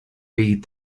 read